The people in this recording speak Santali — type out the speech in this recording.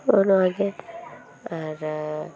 ᱦᱚᱸᱜᱼᱚ ᱱᱚᱣᱟᱜᱮ ᱟᱨ